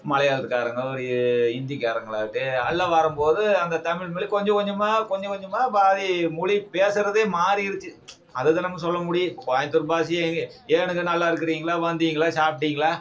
மலையாளத்துகாரங்க ஒரு ஹிந்திகாரங்களாயிட்டு எல்லாம் வரும்போது அந்த தமிழ்மொழி கொஞ்சம் கொஞ்சமாக கொஞ்சம் கொஞ்சமாக மாறி மொழி பேசறதே மாறிருச்சு அதுதான் நம்ம சொல்ல முடியும் கோயம்புத்தூர் பாஷையே ஏங்க ஏனுங்க நல்லாருக்கிறீங்களா வந்தீங்களா சாப்பிடீங்ளா